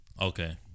Okay